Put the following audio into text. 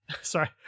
Sorry